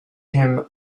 him